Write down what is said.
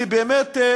אני באמת מתפלא